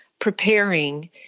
Preparing